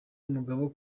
umugabo